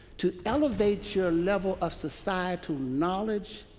to elevate your level of societal knowledge,